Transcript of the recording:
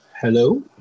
Hello